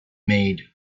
maid